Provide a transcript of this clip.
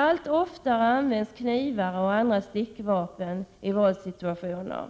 Allt oftare används knivar och andra stickvapen i våldssituationer.